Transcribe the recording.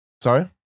Sorry